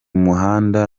muhanda